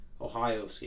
Ohio